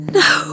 no